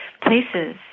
places